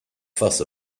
fuss